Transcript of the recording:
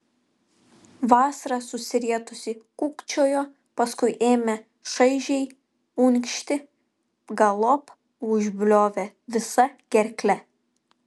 vasara susirietusi kūkčiojo paskui ėmė šaižiai unkšti galop užbliovė visa gerkle